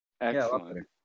Excellent